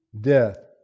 death